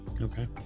Okay